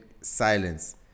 silence